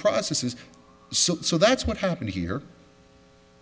process is so so that's what happened here